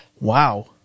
Wow